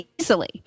easily